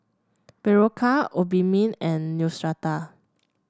Berocca Obimin and Neostrata